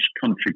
country